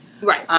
Right